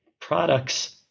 products